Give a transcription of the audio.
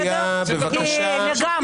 יוליה, בבקשה.